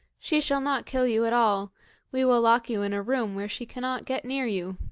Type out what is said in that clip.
she shall not kill you at all we will lock you in a room where she cannot get near you.